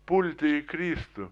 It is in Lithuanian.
pulti į kristų